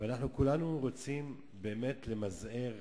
וכולנו רוצים למזער,